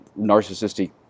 narcissistic